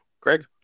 Greg